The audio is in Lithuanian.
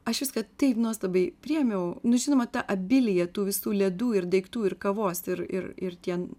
aš viską taip nuostabiai priėmiau nu žinoma ta abilija tų visų ledų ir daiktų ir kavos ir ir ir tie